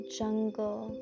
jungle